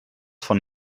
von